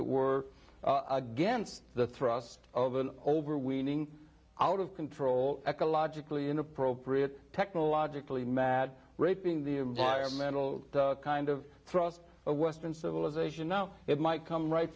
it were against the thrust of an overweening out of control ecologically inappropriate technologically mad raping the environmental kind of thrust of western civilization now it might come right